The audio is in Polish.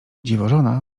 dziwożona